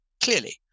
clearly